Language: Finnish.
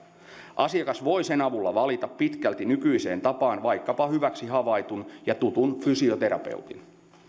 asiakas voi sen avulla valita pitkälti nykyiseen tapaan vaikkapa hyväksi havaitun ja tutun fysioterapeutin